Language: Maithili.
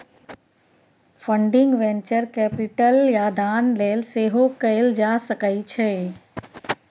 फंडिंग वेंचर कैपिटल या दान लेल सेहो कएल जा सकै छै